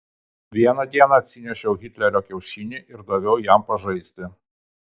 vieną dieną atsinešiau hitlerio kiaušinį ir daviau jam pažaisti